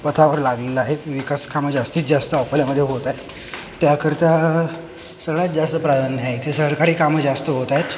पथावर लागलेलं आहे विकास कामं जास्तीत जास्त अकोल्यामध्ये होत आहे त्याकरिता सगळ्यात जास्त प्राधान्य आहे ते सरकारी कामं जास्त होत आहेत